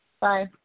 Bye